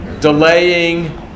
delaying